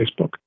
Facebook